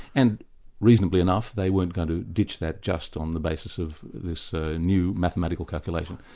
and reasonably enough, they weren't going to ditch that just on the basis of this new mathematical calculation.